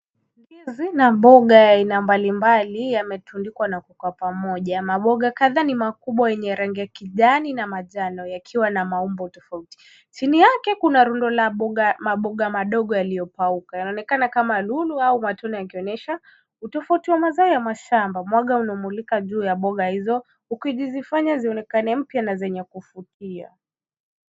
Ndizi na mboga ya aina mbalimbali yametundikwa na kuwekwa pamoja. Maboga kadhaa ni makubwa yenye rangi ya kijani na manjano yakiwa na maumbo tofauti. Chini yake kuna rundo la maboga madogo yaliyopauka. Yanaonekana kama lulu au matunda yakionyesha utofauti wa mazao ya mashamba. Mwanga umemulika juu ya boga hizo ukizifanya zionekane mpya na zenye kuvutia.